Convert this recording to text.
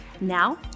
Now